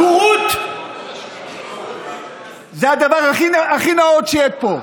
הבורות זה הדבר הכי, פה.